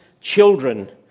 children